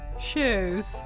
shoes